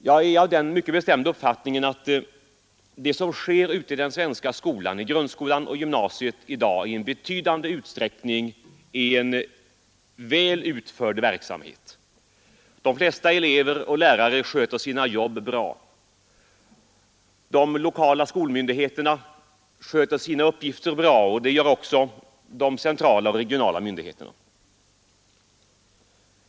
Jag är av den bestämda uppfattningen att det som sker i grundskolan och gymnasiet i dag huvudsakligen är en väl utförd verksamhet. De flesta elever och lärare sköter sina jobb bra. De lokala skolmyndigheterna sköter sina uppgifter bra, och det gör också de centrala och regionala myndigheterna.